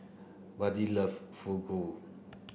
Buddy love Fugu